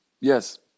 Yes